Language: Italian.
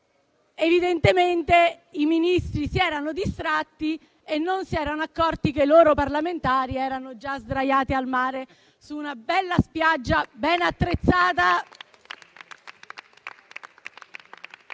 Evidentemente, i Ministri si erano distratti e non si erano accorti che i loro parlamentari erano già sdraiati al mare, su una bella spiaggia ben attrezzata.